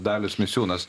dalius misiūnas